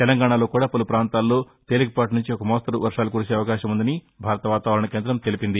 తెలంగాణలో కూడా పలు పాంతాల్లో తేలికపాటి నుంచి ఓ మోస్తరు వర్వాలు కురిసే అవకాశం ఉందని హైదరాబాద్లోని భారత వాతావరణ కేంద్రం తెలిపింది